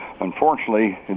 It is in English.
unfortunately